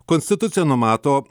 konstitucija numato